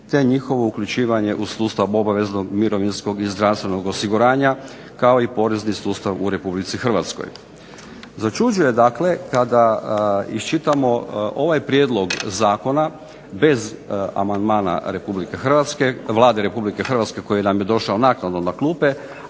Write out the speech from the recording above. te njihovo uključivanje u sustav obaveznog mirovinskog i zdravstvenog osiguranja, kao i porezni sustav u Republici Hrvatskoj. Začuđuje dakle kada iščitamo ovaj prijedlog zakona, bez amandmana Republike Hrvatske, Vlade Republike Hrvatske koji nam je došao naknadno na klupe,